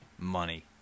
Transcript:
Money